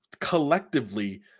collectively